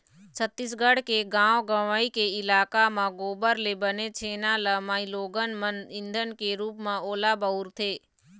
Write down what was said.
छत्तीसगढ़ के गाँव गंवई के इलाका म गोबर ले बने छेना ल माइलोगन मन ईधन के रुप म ओला बउरथे